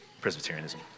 Presbyterianism